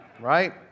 Right